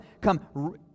come